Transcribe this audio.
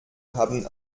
haben